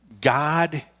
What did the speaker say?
God